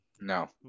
No